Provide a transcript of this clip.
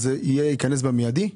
זה ייכנס במיידי?